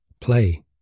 play